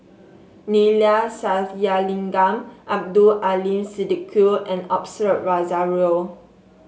Neila Sathyalingam Abdul Aleem Siddique and Osbert Rozario